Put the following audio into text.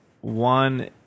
One